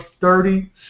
thirty